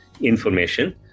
information